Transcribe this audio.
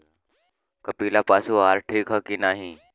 कपिला पशु आहार ठीक ह कि नाही?